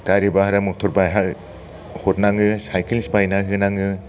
गारि भारा मथर भारहा हरनाङो साइकेल बायना होनाङो